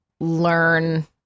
learn